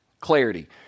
clarity